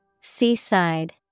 Seaside